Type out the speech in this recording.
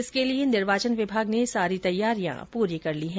इसके लिए निर्वाचन विभाग ने सारी तैयारियां पूरी कर ली है